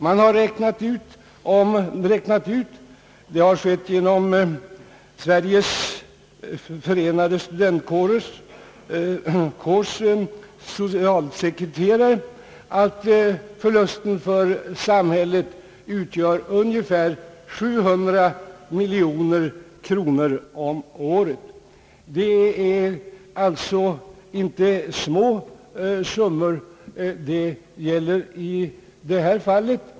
Man har räknat ut — det har skett genom socialsekreteraren hos Sveriges förenade studentkårer — att förlusten för samhället utgör ungefär 700 miljoner kronor om året. Det är alltså inte små summor det gäller i detta fall.